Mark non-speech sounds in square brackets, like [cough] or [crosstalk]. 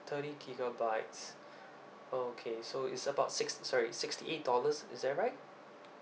thirty gigabytes [breath] okay so it's about six sorry sixty eight dollars is that right